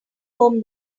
home